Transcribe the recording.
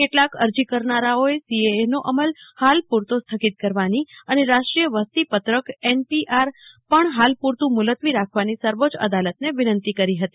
કેટલાક અરજી કરનારાઓએ સીએએનો અમલ હાલ પુરતો સ્થગિત કરવાની અને રાષ્ટ્રીય વસ્તી પત્રક એનપીઆર પણ હાલ પુરતું મુલત્વીરાખવાની સર્વોચ્ય અદાલતને વીનંતી કરી હતી